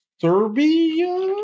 Serbia